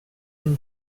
nom